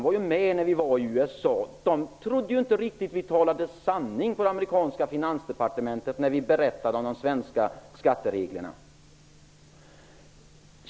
På det amerikanska finansdepartementet trodde man inte att vi talade sanning när vi berättade om de svenska skattereglerna.